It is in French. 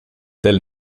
tel